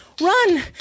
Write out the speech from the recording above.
run